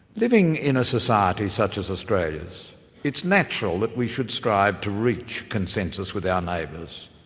living in a society such as australia's it's natural that we should strive to reach consensus with our neighbours.